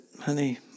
Honey